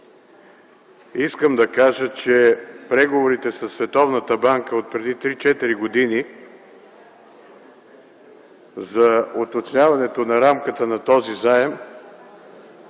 Искам да кажа, че преговорите със Световната банка отпреди 3-4 години за уточняването на рамката на този заем